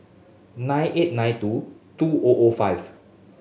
nine eight nine two two O O five